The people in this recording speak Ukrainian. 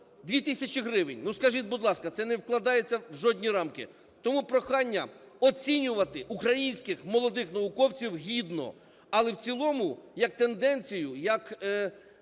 – 2 тисячі гривень. Ну, скажіть, будь ласка, це не вкладається в жодні рамки. Тому прохання оцінювати українських молодих науковців гідно. Але в цілому як тенденцію, мене